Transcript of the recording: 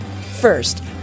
First